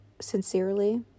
sincerely